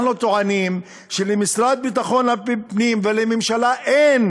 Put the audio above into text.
אנחנו טוענים שלמשרד לביטחון הפנים ולממשלה אין